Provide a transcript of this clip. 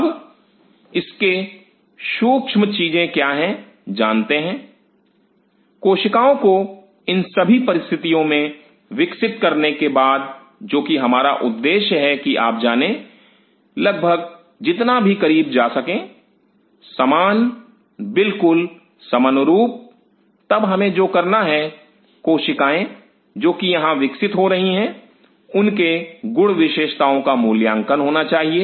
अब इसके लिए सूक्ष्म चीज क्या है जानते हैं कोशिकाओं को इन सभी परिस्थितियों में विकसित करने के बाद जोकि हमारा उद्देश्य है कि आप जाने लगभग जितना करीब जा सके समान बिल्कुल समनुरूप तब हमें जो करना है कोशिकाएं जो कि यहां विकसित हो रही हैं उनके गुण विशेषताओं का मूल्यांकन होना चाहिए